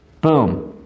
Boom